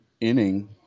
inning